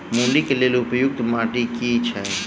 मूली केँ लेल उपयुक्त माटि केँ छैय?